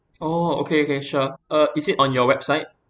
oh okay okay sure uh is it on your website